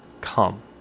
come